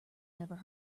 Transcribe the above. never